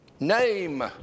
Name